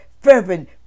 fervent